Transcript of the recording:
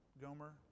Gomer